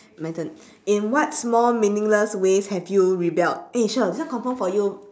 my turn in what small meaningless way have you rebelled eh shir this one confirm for you